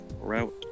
Route